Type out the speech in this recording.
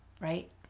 right